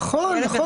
נכון.